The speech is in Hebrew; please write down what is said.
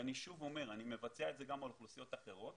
ואני שוב אומר שאני מבצע את זה גם על אוכלוסיות אחרות,